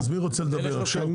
אז מי רוצה לדבר עכשיו?